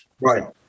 Right